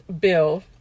bill